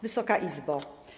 Wysoka Izbo!